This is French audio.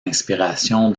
inspiration